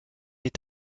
est